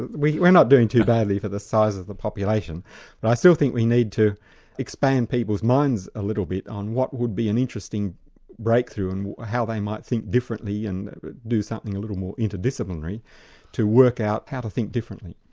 we're not doing too badly for the size of the population, but i still think we need to expand people's minds a little bit on what would be an interesting breakthrough and how they might think differently and do something a little more interdisciplinary to work out how to think differently.